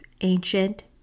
ancient